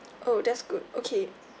oh that's good okay